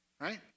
right